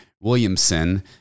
Williamson